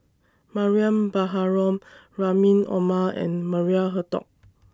Mariam Baharom Rahim Omar and Maria Hertogh